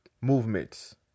movements